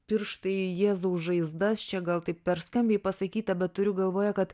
pirštai jėzaus žaizdas čia gal taip per skambiai pasakyta bet turiu galvoje kad